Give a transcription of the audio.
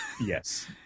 Yes